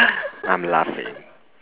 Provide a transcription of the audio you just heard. I'm laughing